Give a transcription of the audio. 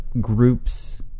groups